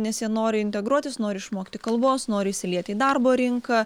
nes jie nori integruotis nori išmokti kalbos nori įsilieti į darbo rinką